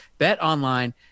BetOnline